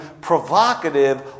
provocative